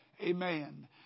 Amen